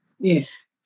yes